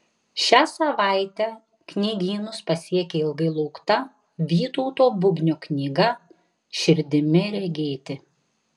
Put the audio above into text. šią savaitę knygynus pasiekė ilgai laukta vytauto bubnio knyga širdimi regėti